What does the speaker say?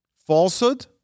Falsehood